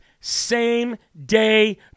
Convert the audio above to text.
same-day